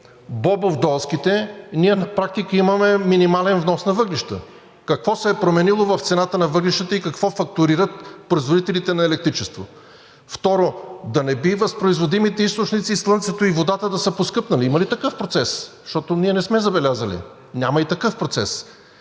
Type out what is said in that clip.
Бобовдолските, ние на практика имаме минимален внос на въглища. Какво се е променило в цената на въглищата и какво фактурират производителите на електричество? Второ, да не би възпроизводимите източници – слънцето и водата, да са поскъпнали? Има ли такъв процес? Защото ние не сме забелязали! Няма и такъв процес.